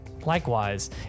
Likewise